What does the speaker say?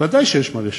ודאי שיש מה לשפר.